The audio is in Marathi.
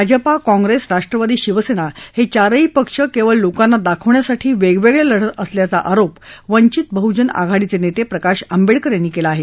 भाजपा काँग्रेस राष्ट्रवादी शिवसेना हे चारही पक्ष केवळ लोकांना दाखवण्यासाठी वेगवेगळे लढत असल्याचा आरोप वंचित बहूजन आघाडीचे नेते प्रकाश आंबेडकर यांनी केला आहे